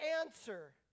answer